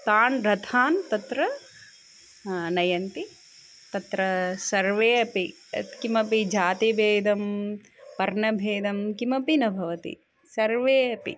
तान् रथान् तत्र नयन्ति तत्र सर्वे अपि यत्किमपि जातिभेदं वर्णभेदं किमपि न भवति सर्वे अपि